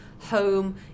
home